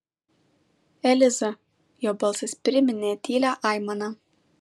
eliza jo balsas priminė tylią aimaną